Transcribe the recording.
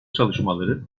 çalışmaları